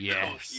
Yes